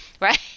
right